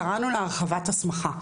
קראנו לה הרחבת הסמכה.